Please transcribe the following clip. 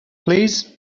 please